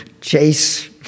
chase